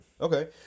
Okay